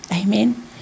Amen